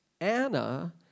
Anna